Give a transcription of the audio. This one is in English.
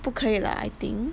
不可以 lah I think